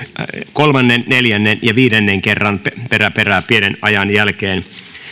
kolmannen neljännen ja viidennen kerran perä perää pienen ajan sisällä